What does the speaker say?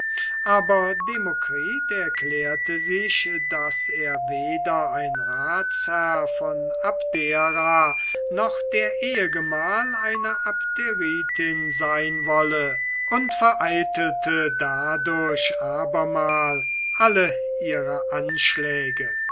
aber demokritus erklärte sich daß er weder ein ratsherr von abdera noch der ehgemahl eine abderitin sein wollte und vereitelte dadurch abermal alle ihre anschläge